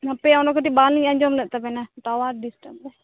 ᱱᱚᱛᱮ ᱚᱸᱰᱮ ᱠᱟ ᱴᱤᱡ ᱵᱟᱝᱞᱤᱧ ᱟᱸᱡᱚᱢᱞᱮᱫ ᱛᱟ ᱵᱮᱱ ᱴᱟᱣᱟᱨ ᱰᱤᱥᱴᱟᱯ ᱜᱮ